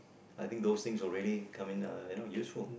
I think those things will really come uh you know useful